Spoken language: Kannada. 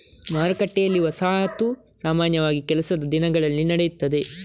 ಮಾರುಕಟ್ಟೆಯಲ್ಲಿ, ವಸಾಹತು ಸಾಮಾನ್ಯವಾಗಿ ಕೆಲಸದ ದಿನಗಳಲ್ಲಿ ನಡೆಯುತ್ತದೆ